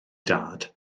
dad